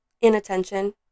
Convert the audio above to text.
inattention